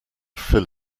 fill